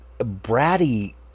bratty